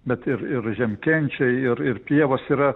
bet ir ir žiemkenčiai ir ir pievos yra